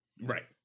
Right